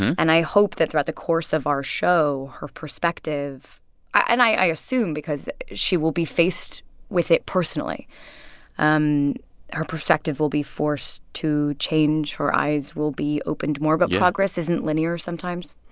and i hope that throughout the course of our show, her perspective and i assume because she will be faced with it personally um her perspective will be forced to change, her eyes will be opened more. but progress isn't linear sometimes.